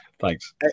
Thanks